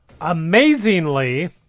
Amazingly